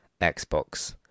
xbox